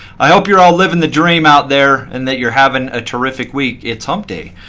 i hope you're all living the dream out there and that you're having a terrific week. it's hump day.